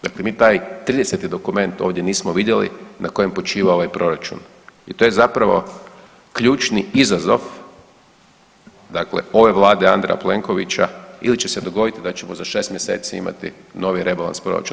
Dakle mi taj 30. dokument ovdje nismo vidjeli na kojem počiva ovaj Proračun i to je zapravo ključni izazov, dakle ove Vlade i Andreja Plenkovića ili ćemo se dogoditi da ćemo za 6 mjeseci imati novi rebalans proračuna.